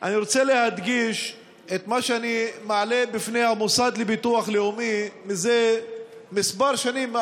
אני רוצה להדגיש את מה שאני מעלה בפני המוסד לביטוח לאומי זה כמה שנים,